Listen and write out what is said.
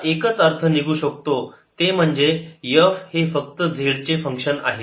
याचा एकच अर्थ निघू शकतो ते म्हणजे F हे फक्त z चे फंक्शन आहे